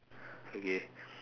okay